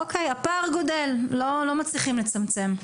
אוקיי, הפער גודל, לא מצליחים לצמצם.